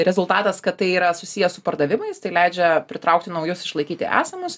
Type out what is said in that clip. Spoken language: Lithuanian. rezultatas kad tai yra susiję su pardavimais tai leidžia pritraukti naujus išlaikyti esamus